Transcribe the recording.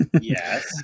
yes